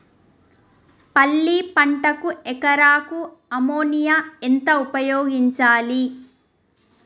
పల్లి పంటకు ఎకరాకు అమోనియా ఎంత ఉపయోగించాలి?